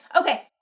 Okay